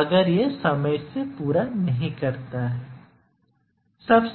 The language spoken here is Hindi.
अगर यह समय से पूरा नहीं करता है